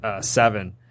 seven